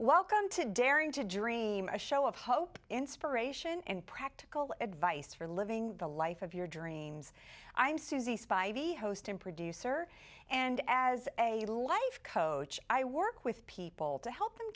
welcome to daring to dream a show of hope inspiration and practical advice for living the life of your dreams i'm susie spy the host and producer and as a life coach i work with people to help them